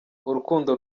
urukundo